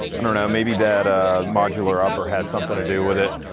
i don't know, maybe that ah modular upper had something to do with it.